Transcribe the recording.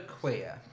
queer